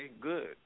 good